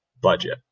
budget